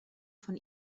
von